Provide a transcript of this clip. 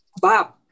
Bob